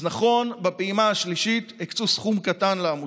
אז נכון, בפעימה השלישית הקצו סכום קטן לעמותות,